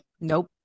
Nope